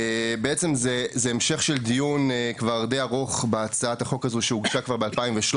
זה בעצם המשך של דיון כבר די ארוך בהצעת החוק הזו שהוגשה כבר ב-2013.